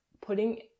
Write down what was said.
putting